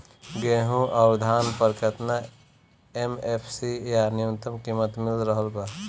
गेहूं अउर धान पर केतना एम.एफ.सी या न्यूनतम कीमत मिल रहल बा?